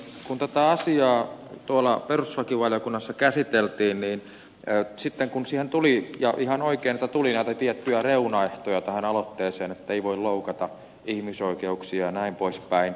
kun tätä asiaa tuolla perustuslakivaliokunnassa käsiteltiin ja sitten kun tähän aloitteeseen tuli ja ihan oikein että tuli näitä tiettyjä reunaehtoja ettei voi loukata ihmisoikeuksia jnp